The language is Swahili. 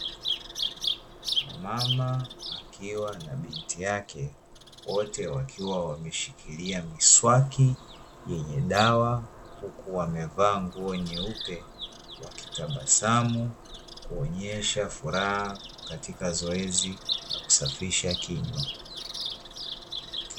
Mama akiwa na binti yake wote wakiwa wameshika miswaki, yenye dawa huku wamevaa nguo nyeupe wakitabasamu na kuonesha furaha katika zoezi la kusafisha kinywa.